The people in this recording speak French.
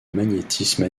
magnétisme